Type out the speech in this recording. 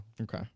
Okay